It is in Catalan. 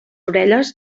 orelles